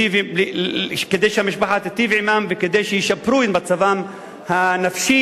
כדי שהמשפחה תיטיב עמם וכדי שישפרו את מצבם הנפשי,